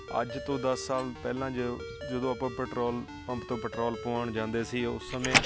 ਅੱਜ ਤੋਂ ਦਸ ਸਾਲ ਪਹਿਲਾਂ ਜੋ ਜਦੋਂ ਆਪਾਂ ਪੈਟਰੋਲ ਪੰਪ ਤੋਂ ਪੈਟਰੋਲ ਪਵਾਉਣ ਜਾਂਦੇ ਸੀ ਉਸ ਸਮੇਂ